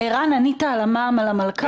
ערן, ענית על המע"מ על המלכ"ר?